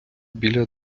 біля